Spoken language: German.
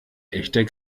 echter